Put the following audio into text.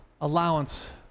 allowance